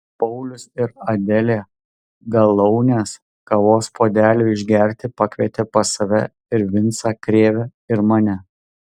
paulius ir adelė galaunės kavos puodeliui išgerti pakvietė pas save ir vincą krėvę ir mane